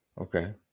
okay